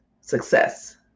success